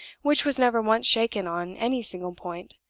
which was never once shaken on any single point,